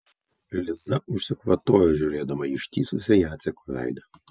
liza užsikvatojo žiūrėdama į ištįsusį jaceko veidą